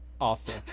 Awesome